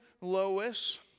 Lois